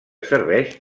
serveix